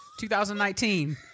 2019